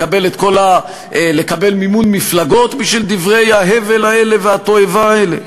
לקבל מימון מפלגות בשביל דברי ההבל האלה והתועבה האלה?